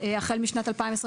החל משנת 2024,